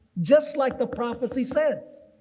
just like the prophecy says.